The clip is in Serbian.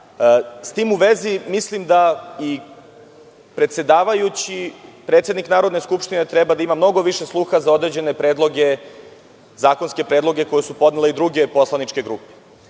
tim u vezi, mislim da i predsedavajući, predsednik Narodne skupštine treba da ima mnogo više sluha za određene predloge, zakonske predloge koje su podnele i druge poslaničke grupe. Već